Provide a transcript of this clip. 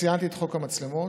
ציינתי את חוק המצלמות